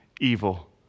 evil